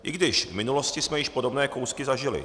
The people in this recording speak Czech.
I když v minulosti jsme již podobné kousky zažili.